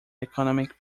economic